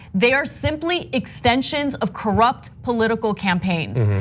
they are simply extensions of corrupt political campaigns,